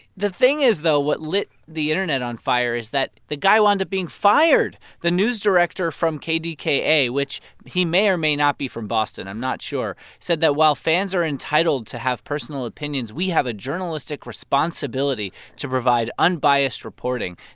the thing is, though, what lit the internet on fire is that the guy wound up being fired. the news director from kdka, which he may or may not be from boston i'm not sure said that while fans are entitled to have personal opinions, we have a journalistic responsibility to provide unbiased reporting.